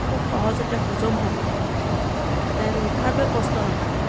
খুব সহজতে হজম হোৱা যাতে লিভাৰটোৱে কষ্ট নাপায়